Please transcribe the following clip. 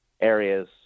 areas